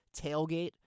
tailgate